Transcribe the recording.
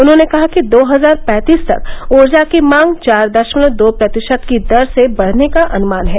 उन्होंने कहा कि दो हजार पैंतीस तक ऊर्जा की मांग चार दशमलव दो प्रतिशत की दर से बढ़ने का अनुमान है